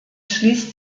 schließt